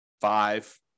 five